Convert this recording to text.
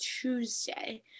Tuesday